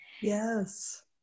Yes